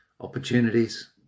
opportunities